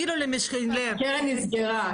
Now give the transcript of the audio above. הקרן נסגרה.